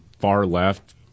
far-left